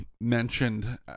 mentioned